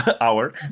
hour